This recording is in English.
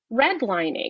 redlining